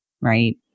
right